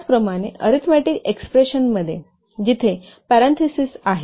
त्याचप्रमाणें arithmetic एक्सप्रेशनमध्ये जिथे parenthesis आहे